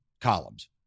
columns